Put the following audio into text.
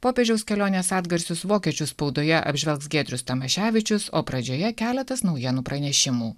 popiežiaus kelionės atgarsius vokiečių spaudoje apžvelgs giedrius tamaševičius o pradžioje keletas naujienų pranešimų